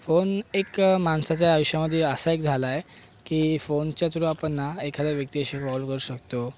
phone एक माणसाच्या आयुष्यामध्ये असा एक झाला आहे की फोनच्या थ्रू आपण ना एखादा व्यक्ती अशी फॉलो करू शकतो